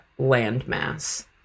landmass